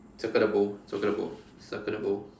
circle the bowl circle the bowl circle the bowl